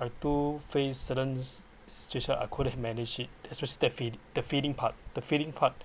I do face certain decision I couldn't manage it especially the feeling the feeling part the feeling part